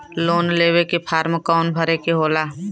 Loan लेवे के form कौन भरे के होला?